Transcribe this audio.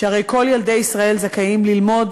שהרי כל ילדי ישראל זכאים ללמוד,